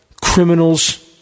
criminals